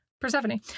Persephone